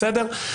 בסדר?